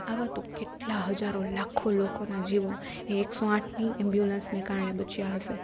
આવા તો કેટલા હજાર લાખો લોકોના જીવો એ એકસો આઠની એમ્બુલન્સને કારણે બચ્યાં હશે